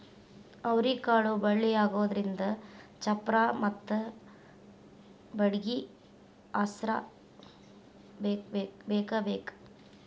ಅವ್ರಿಕಾಳು ಬಳ್ಳಿಯಾಗುದ್ರಿಂದ ಚಪ್ಪರಾ ಮತ್ತ ಬಡ್ಗಿ ಆಸ್ರಾ ಬೇಕಬೇಕ